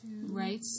right